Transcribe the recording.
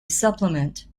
supplement